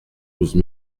douze